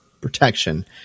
protection